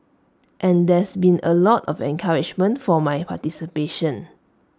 and there's been A lot of encouragement for my participation